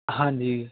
ਹਾਂਜੀ